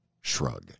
shrug